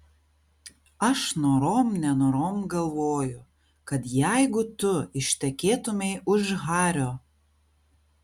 aš norom nenorom galvoju kad jeigu tu ištekėtumei už hario